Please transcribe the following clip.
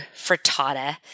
frittata